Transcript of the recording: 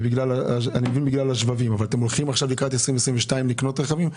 בגלל השבבים ואני מבין שלקראת 2022 אתם הולכים לקנות רכבים.